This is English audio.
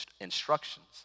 instructions